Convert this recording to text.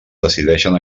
decideixen